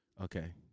Okay